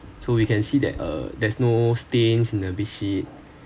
so we can see that uh there's no stains in the bed sheet